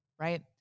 right